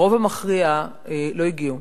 הרוב המכריע לא הגיעו